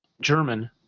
German